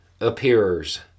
appears